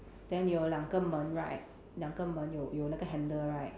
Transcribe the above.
then 有两个门 right 两个门有有那个 handle right